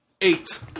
Eight